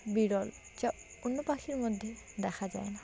বিরল যা অন্য পাখির মধ্যে দেখা যায় না